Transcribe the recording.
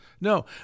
No